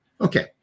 Okay